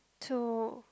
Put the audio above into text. two